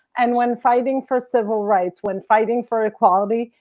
and when fighting for civil rights, when fighting for equality,